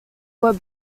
were